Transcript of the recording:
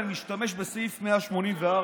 מה זה הדבר